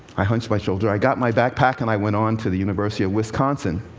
i hunched my shoulder, i got my backpack and i went on to the university of wisconsin.